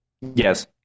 Yes